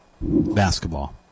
basketball